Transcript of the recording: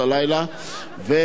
כידוע,